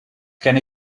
can